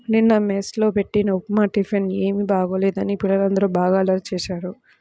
నిన్న మెస్ లో బెట్టిన ఉప్మా టిఫిన్ ఏమీ బాగోలేదని పిల్లలందరూ బాగా అల్లరి చేశారు